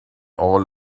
all